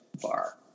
bar